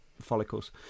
follicles